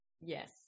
Yes